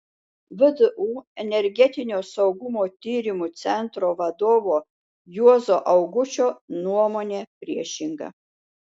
vdu energetinio saugumo tyrimų centro vadovo juozo augučio nuomonė priešinga